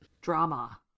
Drama